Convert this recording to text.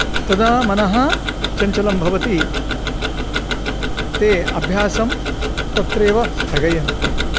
तदा मनः चञ्चलं भवति ते अभ्यासं तत्रैव स्थगयन्ति